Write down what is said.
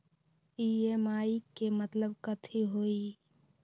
EMI के मतलब कथी होई?